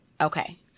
Okay